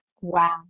Wow